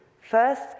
first